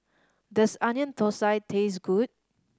does Onion Thosai taste good